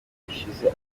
hashize